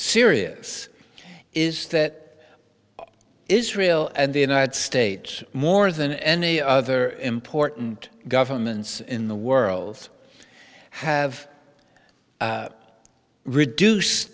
us is that israel and the united states more than any other important governments in the world have reduce